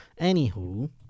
anywho